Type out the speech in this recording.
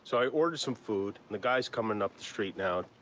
so i ordered some food, and the guy is coming up the street now.